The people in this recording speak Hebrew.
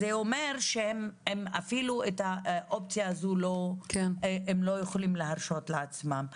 זה אומר שאפילו את האופציה הזאת הם לא יכולים להרשות לעצמם.